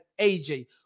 AJ